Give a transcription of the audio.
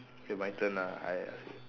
K my turn ah I ask you